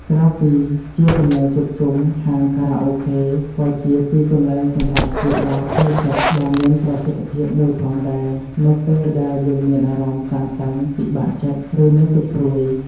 ក្រៅពីជាកន្លែងជួបជុំ ហាងខារ៉ាអូខេក៏ជា ទីកន្លែងសម្រាប់ព្យាបាលផ្លូវចិត្ត ដ៏មានប្រសិទ្ធភាពមួយផងដែរ នៅពេលដែលយើងមានអារម្មណ៍តានតឹង ពិបាកចិត្ត ឬមានទុក្ខព្រួយ។